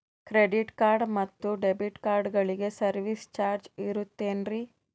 Credit card ಮತ್ತು debit ಕಾರ್ಡಗಳಿಗೆ service charge ಇರುತೇನ್ರಿ?